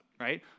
right